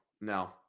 no